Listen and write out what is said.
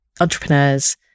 entrepreneurs